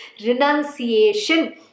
Renunciation